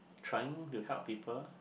trying to help people